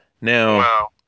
Now